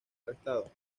arrestado